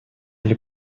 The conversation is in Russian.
или